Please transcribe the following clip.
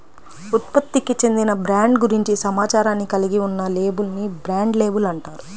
ఉత్పత్తికి చెందిన బ్రాండ్ గురించి సమాచారాన్ని కలిగి ఉన్న లేబుల్ ని బ్రాండ్ లేబుల్ అంటారు